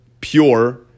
pure